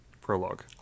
Prologue